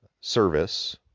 service